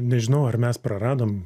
nežinau ar mes praradom